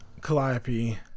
Calliope